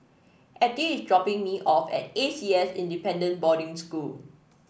Ettie is dropping me off at A C S Independent Boarding School